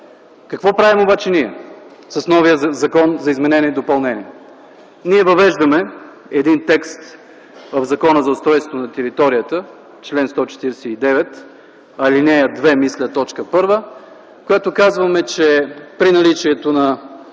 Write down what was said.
Какво обаче правим ние с новия законопроект за изменение и допълнение? Ние въвеждаме един текст в Закона за устройство на територията – чл. 149, ал. 2, мисля т. 1, с който казваме, че при наличието на